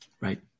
Right